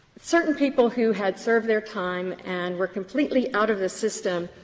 certain people who had served their time and were completely out of the system,